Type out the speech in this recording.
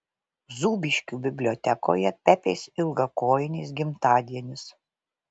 zūbiškių bibliotekoje pepės ilgakojinės gimtadienis